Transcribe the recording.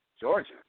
Georgia